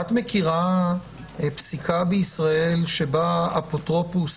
את מכירה פסיקה בישראל שבה אפוטרופוס,